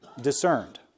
discerned